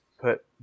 put